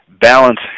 Balance